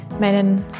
meinen